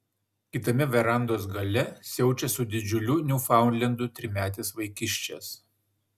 kitame verandos gale siaučia su didžiuliu niufaundlendu trimetis vaikiščias